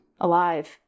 alive